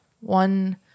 one